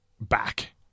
back